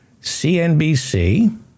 CNBC